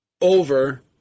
Over